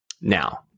Now